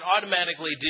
automatically